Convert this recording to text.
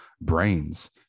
brains